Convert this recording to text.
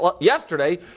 yesterday